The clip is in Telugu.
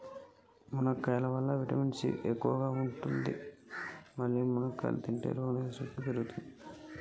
ములక్కాడలల్లా విటమిన్ సి ఎక్కువ ఉంటది మల్లి ములక్కాడలు తింటే రోగనిరోధక శక్తి పెరుగుతది